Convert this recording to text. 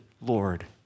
Lord